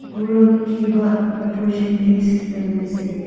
ꯄꯨꯔꯛꯈꯤꯕ opportunities ꯃꯌꯥꯝꯁꯦ